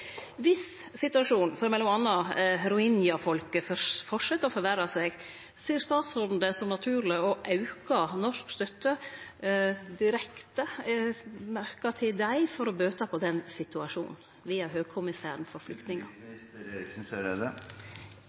Viss situasjonen for m.a. rohingya-folket fortset å forverre seg, ser statsråden det som naturleg å auke norsk støtte direkte, merkt til dei, for å bøte på den situasjonen – via Høgkommissæren for